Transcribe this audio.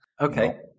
okay